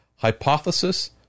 Hypothesis